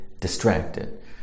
distracted